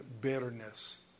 bitterness